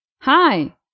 Hi